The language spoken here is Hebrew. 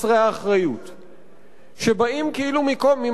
שבאים כאילו ממקום של ריאליזם ביטחוני וצבאי,